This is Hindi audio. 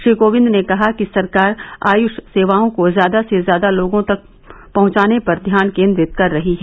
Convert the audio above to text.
श्री कोविंद ने कहा कि सरकार आयुष सेवाओं को ज्यादा से ज्यादा लोगों तक पहचाने पर ध्यान केंद्रित कर रही है